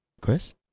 Chris